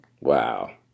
Wow